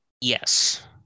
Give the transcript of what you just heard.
Yes